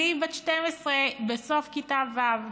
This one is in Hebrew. ואני בסוף כיתה ו',